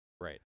right